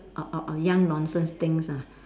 or or or young nonsense thing ah